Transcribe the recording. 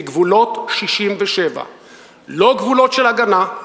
בגבולות 67'. לא גבולות של הגנה,